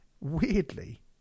weirdly